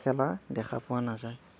খেলা দেখা পোৱা নাযায়